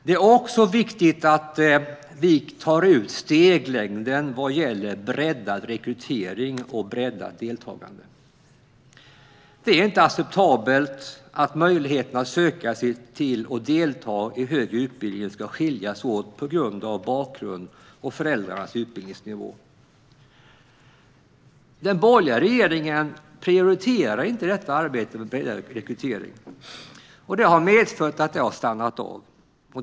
Det är också viktigt att vi tar ut steglängden vad gäller breddad rekrytering och breddat deltagande. Det är inte acceptabelt att möjligheten att söka sig till och delta i högre utbildning ska skilja sig åt på grund av bakgrund och föräldrarnas utbildningsnivå. Den borgerliga regeringen prioriterade inte arbetet med breddad rekrytering, vilket har medfört att detta arbete stannat av.